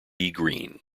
green